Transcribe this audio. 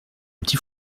petit